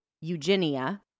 Eugenia